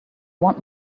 want